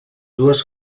dues